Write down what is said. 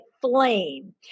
flame